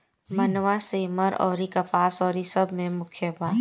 मनवा, सेमर अउरी कपास अउरी सब मे मुख्य बा